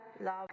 love